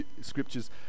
scriptures